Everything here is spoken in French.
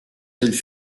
qu’elle